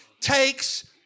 takes